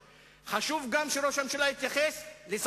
חשוב שראש הממשלה יתייחס לדברים של אבא שלו.